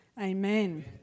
amen